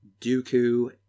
Dooku